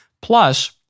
Plus